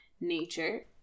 nature